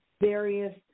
various